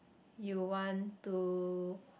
you want to